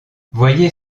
voyez